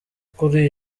kuri